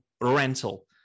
rental